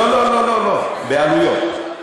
לא, לא, בעלויות.